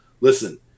listen